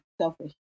selfish